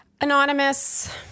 Anonymous